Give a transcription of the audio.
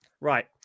Right